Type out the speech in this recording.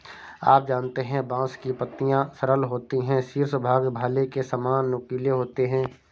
आप जानते है बांस की पत्तियां सरल होती है शीर्ष भाग भाले के सामान नुकीले होते है